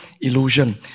illusion